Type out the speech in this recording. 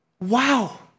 wow